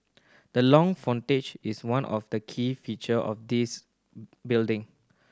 the long frontage is one of the key feature of this building